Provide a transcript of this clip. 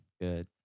Good